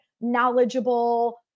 knowledgeable